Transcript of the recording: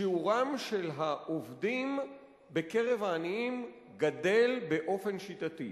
שיעורם של העובדים בקרב העניים גדל באופן שיטתי,